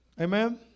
Amen